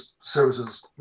services